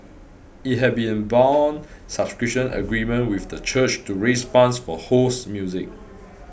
it had be a bond subscription agreement with the church to raise funds for Ho's music